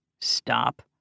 Stop